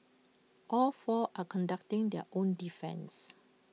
all four are conducting their own defence